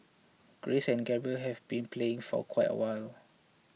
Grace and Gabriel have been playing for quite awhile